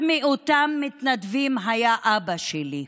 אחד מאותם מתנדבים היה אבא שלי,